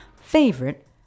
favorite